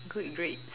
good grades